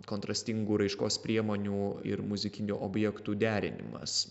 kontrastingų raiškos priemonių ir muzikinių objektų derinimas